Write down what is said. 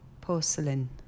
Porcelain